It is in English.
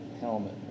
helmet